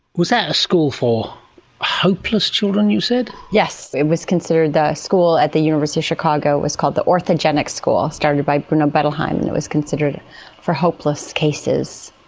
was that a school for hopeless children, you said? yes, it was considered. the school at the university chicago was called the orthogenic school, started by bruno bettelheim, and it was considered for hopeless cases,